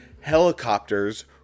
helicopters